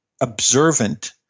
observant